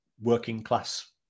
working-class